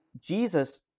Jesus